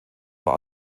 war